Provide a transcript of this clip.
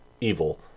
evil